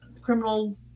criminal